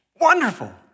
Wonderful